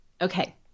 Okay